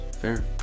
Fair